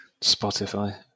Spotify